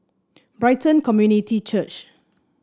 Brighton Community Church